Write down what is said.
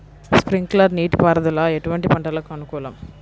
Sprinkler నీటిపారుదల ఎటువంటి పంటలకు అనుకూలము?